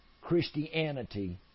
Christianity